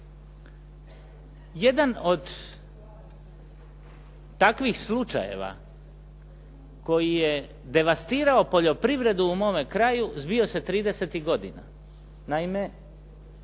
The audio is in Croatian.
Jedan od takvih slučajeva koji je devastirao poljoprivredu u mome kraju zbio se 30-tih godina.